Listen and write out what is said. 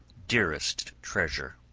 dearest treasure.